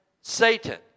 Satan